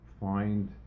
find